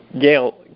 Gail